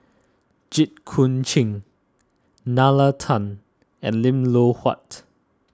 Jit Koon Ch'ng Nalla Tan and Lim Loh Huat